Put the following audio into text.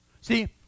See